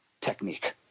technique